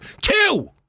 Two